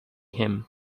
him